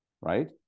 right